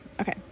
Okay